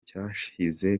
cyashize